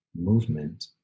movement